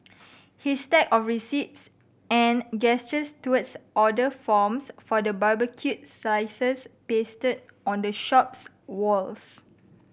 his stack of receipts and gestures towards order forms for the barbecued slices pasted on the shop's walls